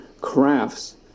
crafts